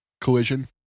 Collision